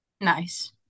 Nice